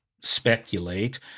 speculate